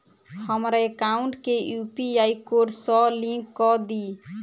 हमरा एकाउंट केँ UPI code सअ लिंक कऽ दिऽ?